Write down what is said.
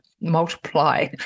multiply